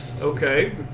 Okay